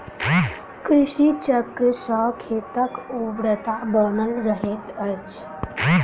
कृषि चक्र सॅ खेतक उर्वरता बनल रहैत अछि